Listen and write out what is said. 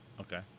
Okay